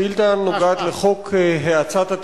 השאילתא נוגעת לחוק האצת התכנון,